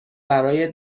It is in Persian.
برای